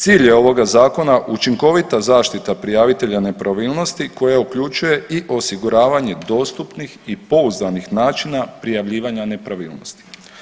Cilj je ovoga zakona učinkovita zaštita prijavitelja nepravilnosti koja uključuje i osiguravanje dostupnih i pouzdanih načina prijavljivanja nepravilnosti.